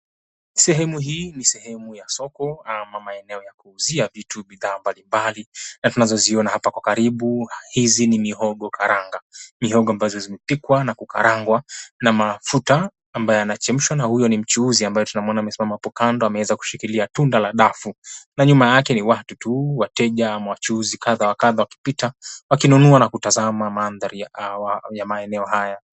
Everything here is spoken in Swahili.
Sehemu hii ni sehemu ya soko, ama maeneo ya kuuzia vitu bidhaa mbali mbali. Na tunazoziona hapa kwa karibu, hizi ni mihogo karanga. Mihogo ambazo zimepikwa na kukarangwa na mafuta ambayo yanachemshwa, na huyo ni mchuuzi ambaye tunamuona amesimama hapo kando. Ameweza kushikilia tunda la dafu, na nyuma yake ni watu tu, wateja ama wachuuzi kadha wa kadha. Wakipita, wakinunua na kutazama mandhari ya maeneo haya.